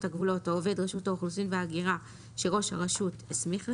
הגבולות או עובד רשות האוכלוסין וההגירה שראש הרשות הסמיך לכך,